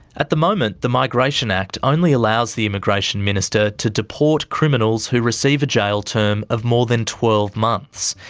at the moment, the migration act only allows the immigration minister to deport criminals who receive a jail term of more than twelve months.